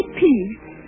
peace